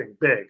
big